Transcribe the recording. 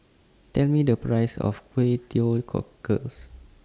Tell Me The Price of Kway Teow Cockles